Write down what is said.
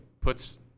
puts